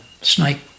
snake